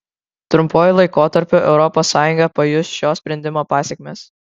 trumpuoju laikotarpiu europos sąjunga pajus šio sprendimo pasekmes